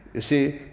you see,